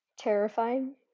Terrifying